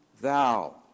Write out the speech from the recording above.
thou